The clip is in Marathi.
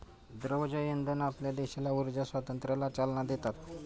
द्रव जैवइंधन आपल्या देशाला ऊर्जा स्वातंत्र्याला चालना देतात